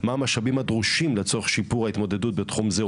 מה המשאבים הדרושים לצורך שיפור ההתמודדות בתחום זה,